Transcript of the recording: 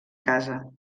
casa